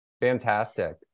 Fantastic